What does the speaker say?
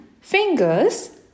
fingers